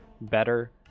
better